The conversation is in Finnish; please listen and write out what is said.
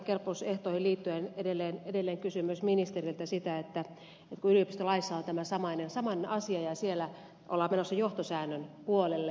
vahasalon sanomaan asiaan kelpoisuusehtoihin liittyen edelleen kysymys ministeriltä siitä kun yliopistolaissa on tämä samainen asia ja siellä ollaan menossa johtosäännön puolelle